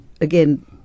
again